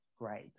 great